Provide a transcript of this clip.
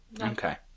Okay